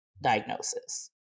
diagnosis